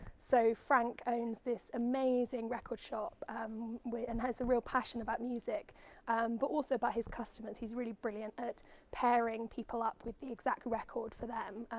so frank owns this amazing record shop um and has a real passion about music but also about his customers. he's really brilliant at pairing people up with the exact record for them,